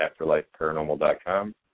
afterlifeparanormal.com